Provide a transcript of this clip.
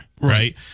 right